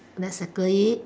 let's circle it